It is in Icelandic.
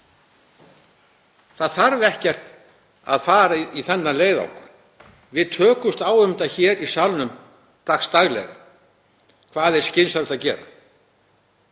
Það þarf ekkert að fara í þennan leiðangur. Við tökumst á um það hér í salnum dagsdaglega hvað er skynsamlegt að gera.